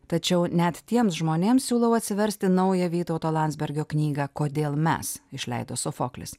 tačiau net tiems žmonėms siūlau atsiversti naują vytauto landsbergio knygą kodėl mes išleido sofoklis